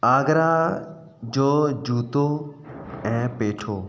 आगरा जो जूतो ऐं पेठो